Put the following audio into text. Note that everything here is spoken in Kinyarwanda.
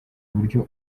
uburyo